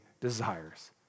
desires